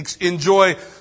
enjoy